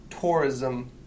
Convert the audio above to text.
tourism